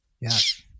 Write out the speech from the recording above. Yes